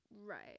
right